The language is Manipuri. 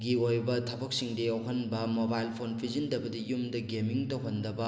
ꯒꯤ ꯑꯣꯏꯕ ꯊꯕꯛꯁꯤꯡꯗ ꯌꯥꯎꯍꯟꯕ ꯃꯣꯕꯥꯏꯜ ꯐꯣꯟ ꯄꯤꯁꯤꯟꯗꯕꯗ ꯌꯨꯝꯗ ꯒꯦꯃꯤꯡ ꯇꯧꯍꯟꯗꯕ